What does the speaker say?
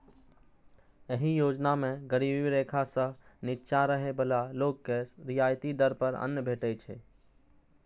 एहि योजना मे गरीबी रेखा सं निच्चा रहै बला लोक के रियायती दर पर अन्न भेटै छै